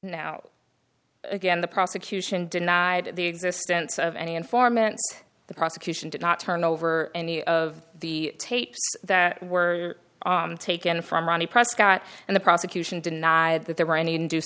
now again the prosecution denied the existence of any informant the prosecution did not turn over any of the tapes that were taken from ronnie prescott and the prosecution denied that there were any induce